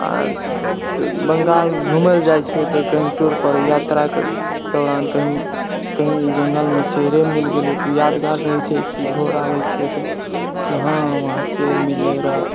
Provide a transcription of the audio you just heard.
आओर बङ्गाल घुमैला जाइ छियै तऽ कही टूरपर यात्राके दौरान कहीं कहीं जङ्गलमे शेरे मिल गेलै तऽ यादगार रहै छै की घर आबै छियै तऽ कि हँ वहाँ शेर मिललै रहै